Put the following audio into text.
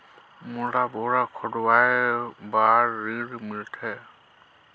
मोला बोरा खोदवाय बार ऋण मिलथे?